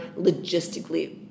logistically